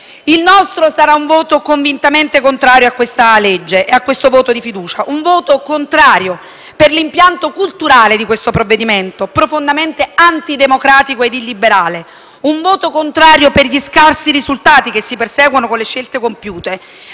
Il nostro sarà un voto convintamente contrario al disegno di legge in esame e alla questione di fiducia. Sarà un voto contrario per l'impianto culturale del provvedimento in esame, che è profondamente antidemocratico e illiberale, un voto contrario per gli scarsi risultati che si perseguono con le scelte compiute,